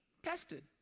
tested